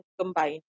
combined